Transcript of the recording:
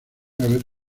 haber